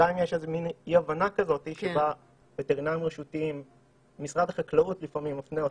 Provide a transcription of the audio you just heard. בינתיים יש איזה מין אי הבנה כזאת שבה משרד החקלאות לפעמים מפנה אותנו,